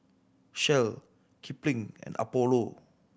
Shell Kipling and Apollo